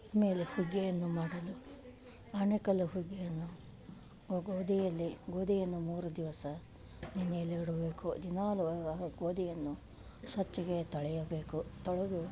ಅಮೇಲೆ ಹುಗ್ಗಿಯನ್ನು ಮಾಡಲು ಆಣೆಕಲ್ಲು ಹುಗ್ಗಿಯನ್ನು ಗೋದಿಯಲ್ಲಿ ಗೋದಿಯನ್ನು ಮೂರು ದಿವಸ ನೆನೆಯಲು ಇಡಬೇಕು ದಿನಾಲು ಗೋದಿಯನ್ನು ಸ್ವಚ್ಛವಾಗೆ ತೊಳೆಯಬೇಕು ತೊಳೆದು